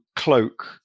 cloak